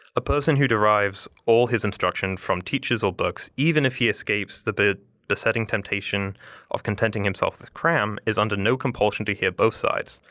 a person who derives all his instruction from teachers or books, even if he escapes the besetting temptation of contenting himself with cram, is under no compulsion to hear both sides.